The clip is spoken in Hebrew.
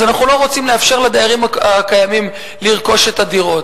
אז אנחנו לא רוצים לאפשר לדיירים הקיימים לרכוש את הדירות.